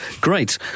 Great